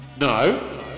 No